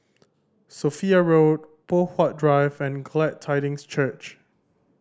Sophia Road Poh Huat Drive and Glad Tidings Church